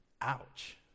Ouch